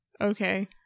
Okay